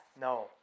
No